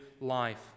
life